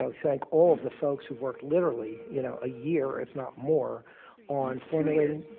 ah thank all the folks who worked literally you know a year if not more on formulating.